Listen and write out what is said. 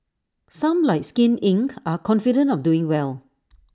some like skin Inc are confident of doing well